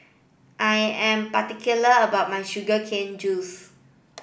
I am particular about my sugar cane juice